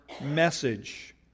message